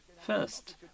first